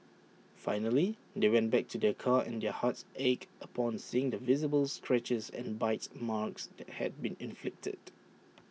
finally they went back to their car and their hearts ached upon seeing the visible scratches and bites marks that had been inflicted